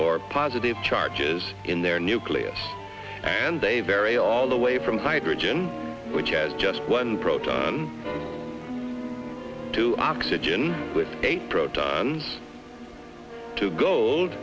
or positive charges in their nucleus and they vary all the way from hydrogen which has just one proton to oxygen with eight protons to gold